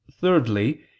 Thirdly